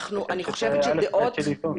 אני חושב שזה אל"ף בי"ת של איזון.